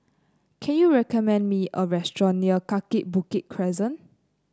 can you recommend me a restaurant near Kaki Bukit Crescent